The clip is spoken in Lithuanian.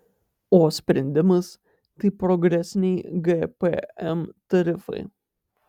o sprendimas tai progresiniai gpm tarifai